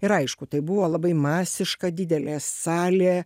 ir aišku tai buvo labai masiška didelė salė